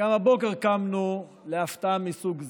וגם הבוקר קמנו להפתעה מסוג זה.